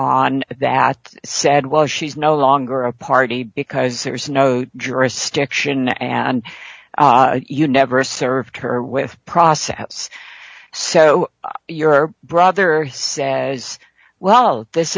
on that said well she's no longer a party because there's no jurisdiction and you never served her with process so your brother says well this